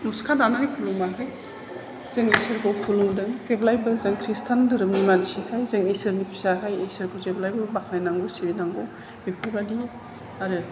मुसुखा दानानै खुलुमाखै जों इसोरखौ खुलुमदों जेब्लायबो जों खृस्टान धोरोमनि मानसिखाय जों इसोरनि फिसाखाय इसोरखौ जेब्लायबो बाखनायनांगौ सिबिनांगौ बेफोरबादि आरो